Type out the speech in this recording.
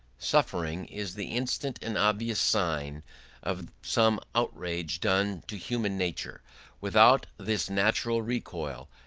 suffering is the instant and obvious sign of some outrage done to human nature without this natural recoil,